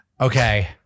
Okay